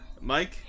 Mike